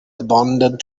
abandoned